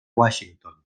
washington